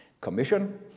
commission